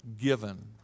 given